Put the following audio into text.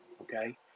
okay